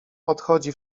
odchodzi